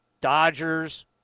Dodgers